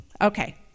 Okay